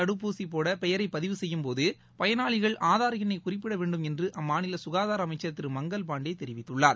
தடுப்பூசிபோடபெயரைபதிவு செய்யும்போதுபயனாளிகள் எண்ணைகுறிப்பிடவேண்டும் ஆதார் என்றுஅம்மாநிலசுகாதாரஅமைச்சர் திரு மங்கள் பாண்டேதெரிவித்துள்ளார்